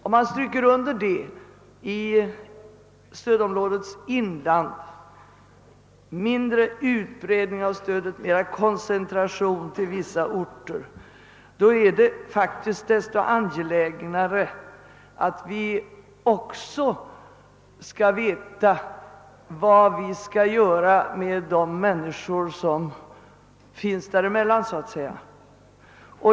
Om man stryker under sådant om stödområdets inland, som mindre utbredning av stödet, mera koncentration till färre orter, är det desto mera angeläget, att vi får veta vad vi skall göra med de människor som finns däremellan så att säga.